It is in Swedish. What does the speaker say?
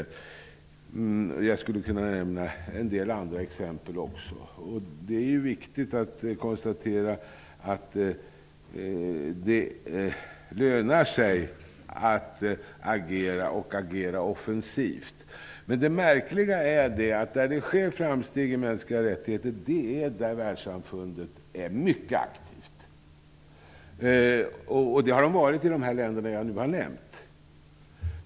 Men jag skulle kunna nämna ytterligare exempel. Det är viktigt att konstatera att det lönar sig att agera -- och att agera offensivt. Märkligt nog sker det framsteg i fråga om de mänskliga rättigheterna just i områden där världssamfundet är mycket aktivt. Så har det varit i de länder som jag här har nämnt.